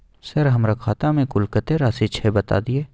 Sir हमरा खाता में कुल कत्ते राशि छै बता दिय?